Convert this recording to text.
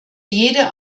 jede